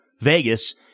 Vegas